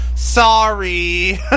Sorry